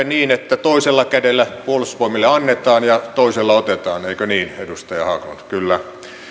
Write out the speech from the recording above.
niin että toisella kädellä puolustusvoimille annetaan ja toisella otetaan eikö niin edustaja haglund kyllä